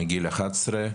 מגיל אחת עשרה,